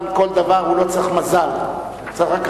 תודה רבה.